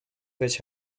fetch